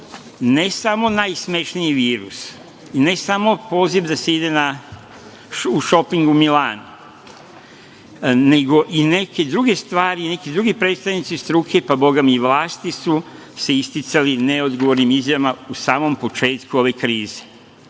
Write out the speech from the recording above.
ne samo virus i ne samo poziv da se ide u šoping u Milano, nego i neke druge stvari i neki drugi predstavnici struke, pa boga mi i vlasti su se isticali neodgovornim izjavama u samom početku ove krize. Zato